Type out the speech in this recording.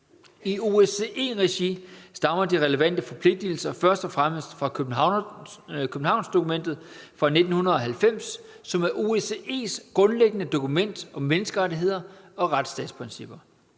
I OSCE-regi stammer de relevante forpligtelser først og fremmest fra Københavnsdokumentet fra 1990, som er OSCE's grundlæggende dokument om menneskerettigheder og retsstatsprincipper.